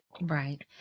Right